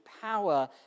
power